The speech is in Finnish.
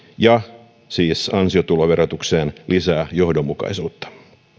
ja siis ansiotuloverotukseen lisää johdonmukaisuutta